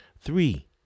Three